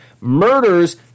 murders